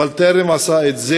אבל טרם עשה זאת.